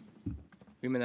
l'avis de